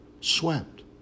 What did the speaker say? swept